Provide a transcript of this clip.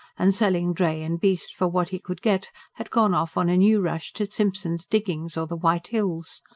and selling dray and beast for what he could get had gone off on a new rush to simson's diggings or the white hills.